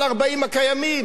מאיפה תכסה את זה?